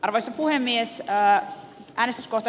arvoisa puhemies elää ansas koota